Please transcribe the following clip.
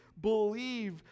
believe